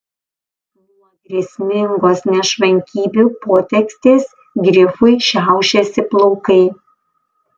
nuo grėsmingos nešvankybių potekstės grifui šiaušėsi plaukai